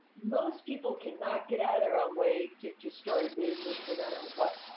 most people cannot get out of their own way to just start a business, no matter what.